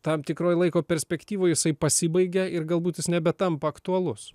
tam tikroj laiko perspektyvoj jisai pasibaigia ir galbūt jis nebe tampa aktualus